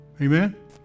Amen